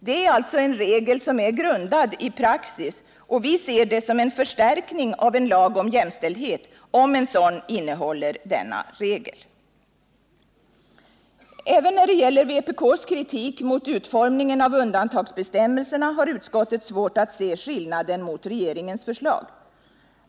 Det är alltså en regel som är grundad i praxis, och vi ser det som en förstärkning av en lag om jämställdhet om en sådan innehåller denna regel. Även när det gäller vpk:s kritik mot utformningen av undantagsbestämmelserna har utskottet svårt att se skillnaden mot regeringens förslag.